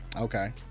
Okay